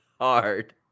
hard